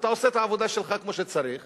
אתה עושה את העבודה שלך כמו שצריך,